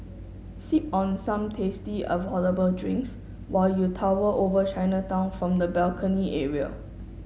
sip on some tasty affordable drinks while you tower over Chinatown from the balcony area